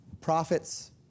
prophet's